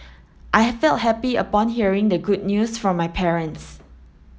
I felt happy upon hearing the good news from my parents